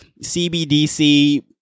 CBDC